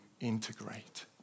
integrate